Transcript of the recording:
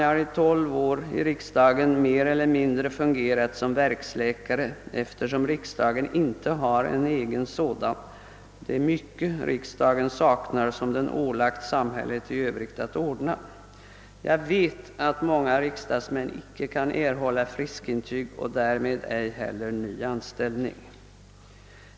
Jag har i tolv år i riksdagen mer eller mindre fungerat som verksläkare, eftersom riksdagen inte har en egen sådan; det är mycket riksdagen saknar som den ålagt samhället 1 Övrigt att ordna. Jag vet att många riksdagsmän icke kan erhålla friskintyg och därmed ej heller ny anställning.